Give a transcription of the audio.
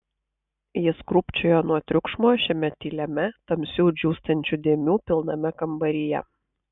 jis krūpčiojo nuo triukšmo šiame tyliame tamsių džiūstančių dėmių pilname kambaryje